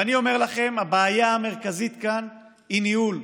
ואני אומר לכם, הבעיה המרכזית כאן היא ניהול,